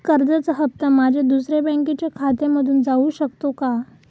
कर्जाचा हप्ता माझ्या दुसऱ्या बँकेच्या खात्यामधून जाऊ शकतो का?